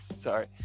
Sorry